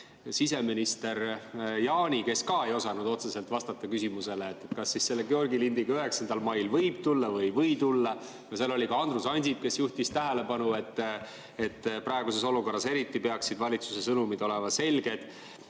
oli siseminister Jaani, kes ka ei osanud otseselt vastata küsimusele, kas Georgi lindiga 9. mail võib [välja] tulla või ei või tulla. Ja seal oli ka Andrus Ansip, kes juhtis tähelepanu, et praeguses olukorras eriti peaksid valitsuse sõnumid olema selged.